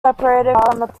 separated